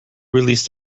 released